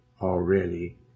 already